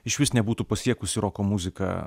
išvis nebūtų pasiekusi roko muzika